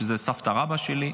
שזו סבתא רבתא שלי.